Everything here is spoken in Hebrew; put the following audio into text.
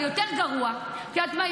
אבל יותר גרוע, את יודעת מה?